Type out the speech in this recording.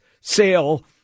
sale